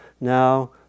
Now